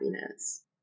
happiness